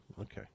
okay